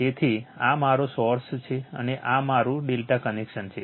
તેથી આ મારો સોર્સ છે અને આ મારું ∆ કનેક્શન છે